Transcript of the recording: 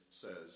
says